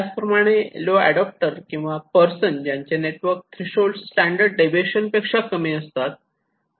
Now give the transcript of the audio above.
त्याचप्रमाणे low adapter किंवा person ज्यांचे नेटवर्क थ्रेशोल्ड स्टॅंडर्ड डेविएशन पेक्षा कमी असतात